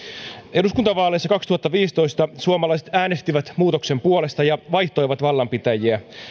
eduskuntavaaleissa kaksituhattaviisitoista suomalaiset äänestivät muutoksen puolesta ja vaihtoivat vallanpitäjiä